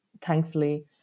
thankfully